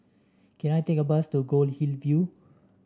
can I take a bus to Goldhill View